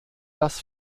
das